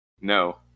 No